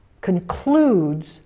concludes